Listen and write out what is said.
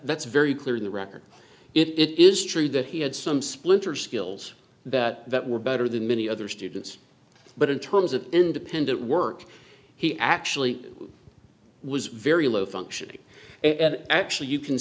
's very clear in the record it is true that he had some splinter skills that were better than many other students but in terms of independent work he actually was very low functioning and actually you can